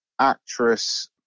actress